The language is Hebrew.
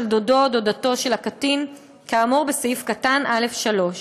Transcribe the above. דודו או דודתו של הקטין כאמור בסעיף קטן (א)(3)".